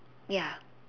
ya